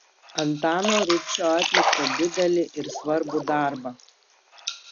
antano rubšio atliktą didelį ir svarbų darbą